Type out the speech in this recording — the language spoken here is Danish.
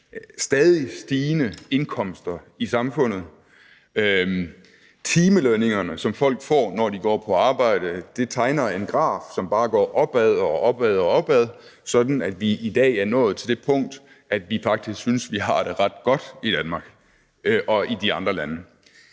stadig stigende indkomster i samfundet, timelønningerne, som folk får, når de går på arbejde, tegner en graf, som bare går opad og opad, sådan at vi i dag er nået til det punkt, at vi faktisk synes, at man har det ret godt i Danmark og i de andre lande.